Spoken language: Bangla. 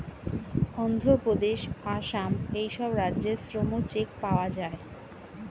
অন্ধ্রপ্রদেশ, আসাম এই সব রাজ্যে শ্রম চেক পাওয়া যায়